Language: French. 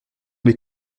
les